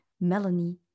Melanie